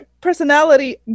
personality